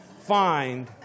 find